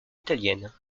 italienne